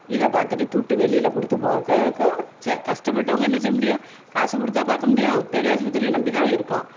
இதை பார்த்துட்டு துட்டு வெளியில் கொடுத்து பார்க்குறதுக்கும் சரி கஷ்டப்பட்டவங்க என்ன செய்ய முடியும் காசு கொடுத்தா பார்க்க முடியும் பெரியாஸ்பத்திரி நம்பி தானே இருக்கோம்